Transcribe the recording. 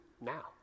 now